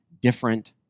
different